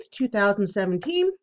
2017